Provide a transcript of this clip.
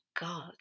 God